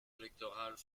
électorales